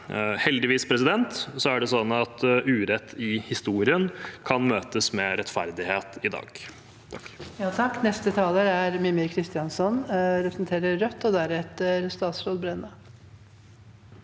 Heldigvis er det sånn at urett i historien kan møtes med rettferdighet i dag.